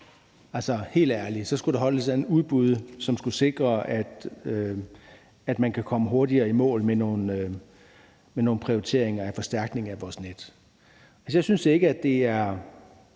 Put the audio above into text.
helt ærlig skulle der holdes et eller andet udbud, som skulle sikre, at man kan komme hurtigere i mål med nogle prioriteringer af forstærkninger af vores net. Jeg synes ikke, at det er